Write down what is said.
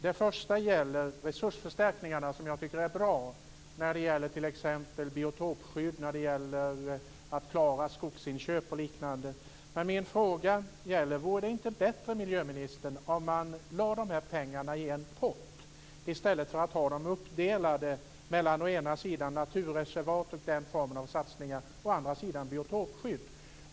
Den första gäller resursförstärkningarna, som jag tycker är bra, när det gäller t.ex. biotopskydd, när det gäller att klara skogsinköp och liknande. Vore det inte bättre, miljöminister, om man lade pengarna i en pott i stället för att ha dem uppdelade mellan å ena sidan naturreservat och den formen av satsningar och å andra sidan biotopskydd?